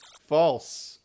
False